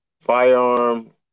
firearm